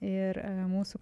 ir mūsų